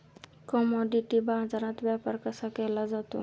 Commodity बाजारात व्यापार कसा केला जातो?